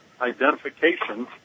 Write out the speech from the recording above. identification